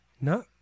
no